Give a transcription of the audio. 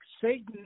Satan